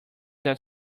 that